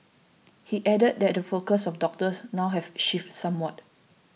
he added that the focus of doctors now have shifted somewhat